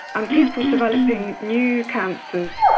and people developing new cancers,